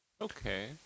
Okay